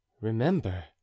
Remember